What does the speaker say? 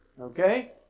Okay